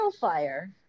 fire